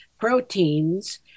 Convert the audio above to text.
proteins